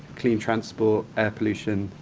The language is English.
clean transport, air pollution,